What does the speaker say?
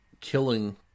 killing